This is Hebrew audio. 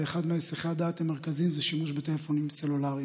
ואחד מהיסחי הדעת המרכזיים זה שימוש בטלפונים סלולריים.